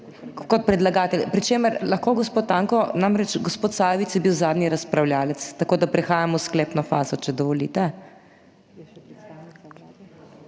Kot predlagaljte, pri čemer lahko gospod Tanko, namreč, gospod Sajovic je bil zadnji razpravljavec, tako da prehajamo v sklepno fazo, če dovolite.